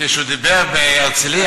כשהוא דיבר בהרצליה,